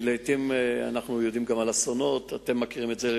כי אנחנו יודעים על אסונות, אתם מכירים את זה,